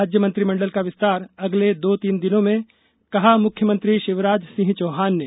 राज्य मंत्रिमंडल का विस्तार अगले दो तीन दिनों में कहा मुख्यमंत्री शिवराज सिंह चौहान ने